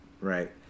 Right